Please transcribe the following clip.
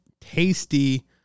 tasty